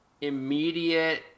immediate